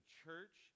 church